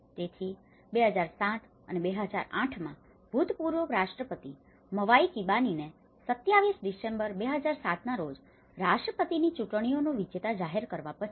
તેથી 2007 અને 2008 માં ભૂતપૂર્વ રાષ્ટ્રપતિ મવાઈ કિબાકીને 27 ડિસેમ્બર 2007 ના રોજ રાષ્ટ્રપતિની ચૂંટણીઓનો વિજેતા જાહેર કર્યા પછી